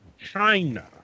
China